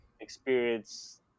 experience